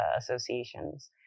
associations